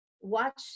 watch